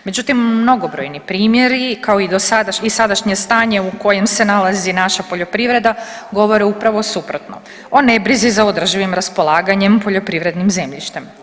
Međutim, mnogobrojni primjeri kao i sadašnje stanje u kojem se nalazi naša poljoprivreda govore upravo suprotno, o nebrizi za održivim raspolaganjem poljoprivrednim zemljištem.